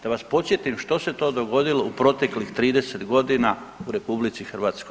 Da vas podsjetim što se to dogodilo u proteklih 30 godina u RH.